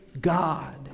God